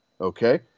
Okay